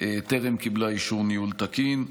אך טרם קיבלה אישור ניהול תקין.